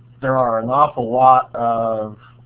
there are an awful lot of